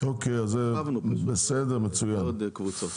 הרחבנו פשוט לעוד קבוצות.